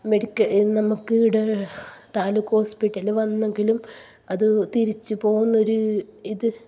നമ്മൾക്ക് ഇവിടെ താലൂക്ക് ഹോസ്പിറ്റൽ വന്നെങ്കിലും അത് തിരിച്ചു പോകുമെന്നൊരു ഇത്